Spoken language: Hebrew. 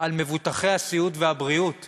על מבוטחי הסיעוד והבריאות